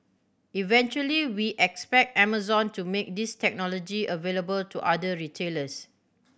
eventually we expect Amazon to make this technology available to other retailers